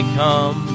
come